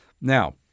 Now